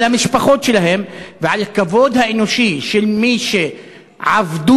על המשפחות שלהם ועל הכבוד האנושי של מי שעבדו